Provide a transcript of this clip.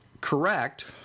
correct